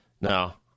Now